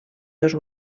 dos